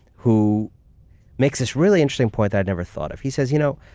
who makes this really interesting point that i'd never thought of. he says, you know,